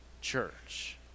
church